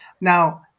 now